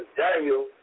Daniel